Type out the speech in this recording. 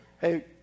Hey